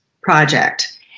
project